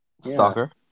Stalker